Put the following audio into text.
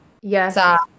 Yes